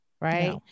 right